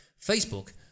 Facebook